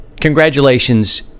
Congratulations